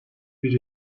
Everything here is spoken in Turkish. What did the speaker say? bir